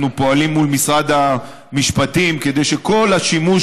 אנחנו פועלים מול משרד המשפטים כדי שכל השימוש